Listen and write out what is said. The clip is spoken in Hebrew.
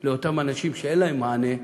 של אותם אנשים שאין להם מענה,